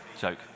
Joke